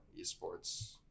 esports